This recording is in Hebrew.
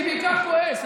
אני בעיקר כועס.